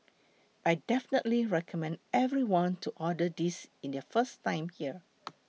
I definitely recommend everyone to order this in their first time here